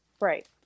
Right